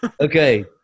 Okay